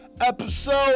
episode